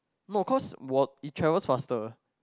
no cause wat~ it travels faster